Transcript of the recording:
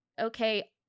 okay